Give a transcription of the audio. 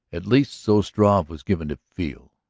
at least, so struve was given to feel.